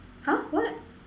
!huh! what